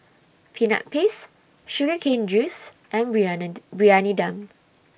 Peanut Paste Sugar Cane Juice and Briyani Briyani Dum